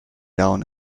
down